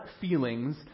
feelings